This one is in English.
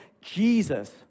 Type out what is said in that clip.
Jesus